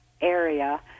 area